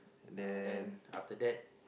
uh then after that